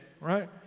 right